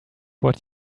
what